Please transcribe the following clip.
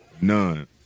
None